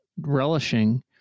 relishing